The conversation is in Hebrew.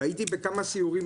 והייתי גם בכמה סיורים,